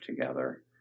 together